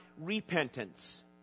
repentance